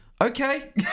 Okay